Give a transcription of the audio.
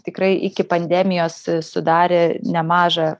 tikrai iki pandemijos sudarė nemažą